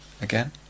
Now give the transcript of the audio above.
Again